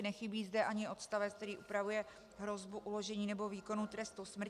Nechybí zde ani odstavec, který upravuje hrozbu uložení nebo výkonu trestu smrti.